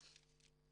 כן.